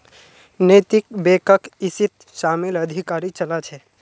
नैतिक बैकक इसीत शामिल अधिकारी चला छे